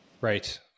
Right